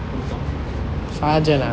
don't talk